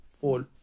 fall